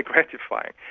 gratifying.